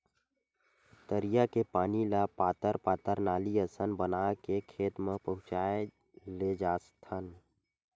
तरिया के पानी ल पातर पातर नाली असन बना के खेत म पहुचाए लेजाथन